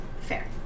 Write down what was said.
Fair